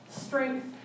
strength